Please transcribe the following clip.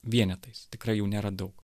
vienetais tikrai jų nėra daug